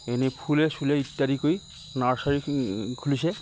এনেই ফুলে চুলে ইত্যাদি কৰি নাৰ্চাৰী খুলিছে